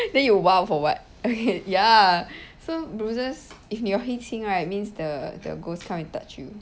then you !wow! for what okay ya so bruises if new 黑亲 right means the the ghost come and touch you